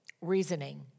Reasoning